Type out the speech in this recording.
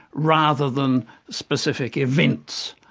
rather than specific events,